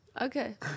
Okay